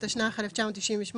התשנ"ח-1998,